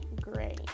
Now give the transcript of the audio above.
gray